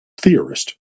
theorist